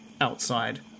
outside